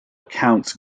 accounts